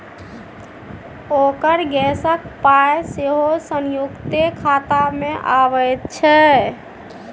ओकर गैसक पाय सेहो संयुक्ते खातामे अबैत छै